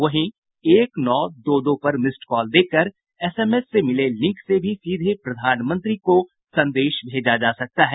वहीं एक नौ दो दो पर मिस्ड कॉल देकर एसएमएस से मिले लिंक से भी सीधे प्रधानमंत्री को संदेश भेजा जा सकता है